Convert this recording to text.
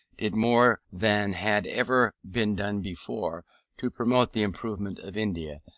did more than had ever been done before to promote the improvement of india,